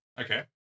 Okay